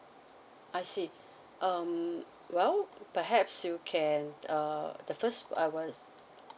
I see um well per~ perhaps you can uh the first uh was